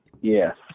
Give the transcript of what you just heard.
Yes